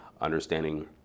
understanding